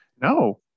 No